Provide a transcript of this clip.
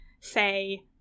say